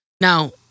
Now